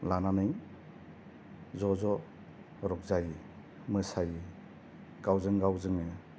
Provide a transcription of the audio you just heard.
लानानै ज' ज' रंजायो मोसायो गावजों गाव जोङो